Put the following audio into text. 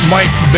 Mike